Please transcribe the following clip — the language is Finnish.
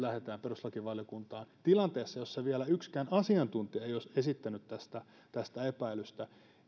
lähdetään perustuslakivaliokuntaan tilanteessa jossa vielä yksikään asiantuntija ei olisi esittänyt tästä tästä epäilystä